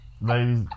ladies